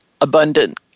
abundant